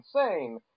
insane